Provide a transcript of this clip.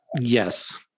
Yes